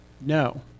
No